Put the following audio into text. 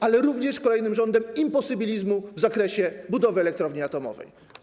ale również kolejnym rządem imposibilizmu w zakresie budowy elektrowni atomowej.